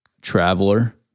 traveler